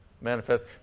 manifest